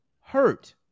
hurt